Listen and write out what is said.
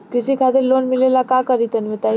कृषि खातिर लोन मिले ला का करि तनि बताई?